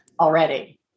already